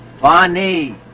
Bonnie